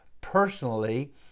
personally